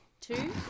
Two